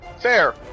Fair